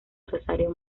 rosario